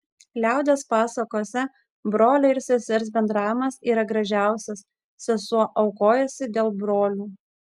liaudies pasakose brolio ir sesers bendravimas yra gražiausias sesuo aukojasi dėl brolių